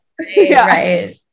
right